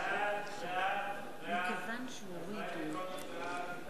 לא באמצע ההצבעה, חבר הכנסת חנין.